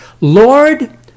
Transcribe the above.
Lord